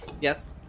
Yes